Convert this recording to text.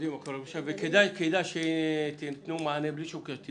בירושלים וכדאי שתתנו מענה בלי שום קשר,